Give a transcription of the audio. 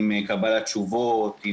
קבלת תשובות,